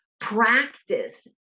Practice